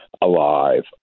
alive